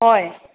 ꯍꯣꯏ